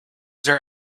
there